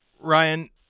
Ryan